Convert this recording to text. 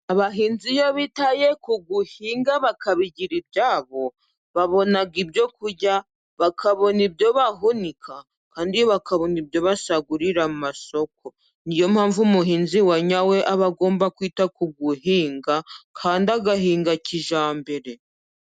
Abahinzi iyo bitaye ku guhinga bakabigira ibyabo babona ibyo kurya, bakabona ibyo bahunika, kandi bakabona ibyo basagurira amasoko. Niyo mpamvu umuhinzi wanyawe aba agomba kwita ku guhinga kandi agahinga kijyambere.